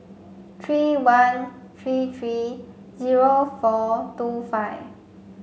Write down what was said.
three one three three zero four two five